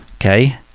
okay